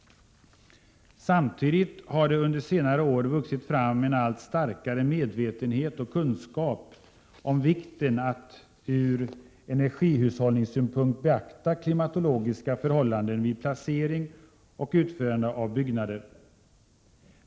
Samtidigt har det under senare år vuxit fram en allt starkare medvetenhet och kunskap om vikten av att ur energihushållningssynpunkt beakta klimatologiska förhållanden vid placering och utförande av byggnader.